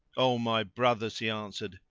o my brothers, he answered,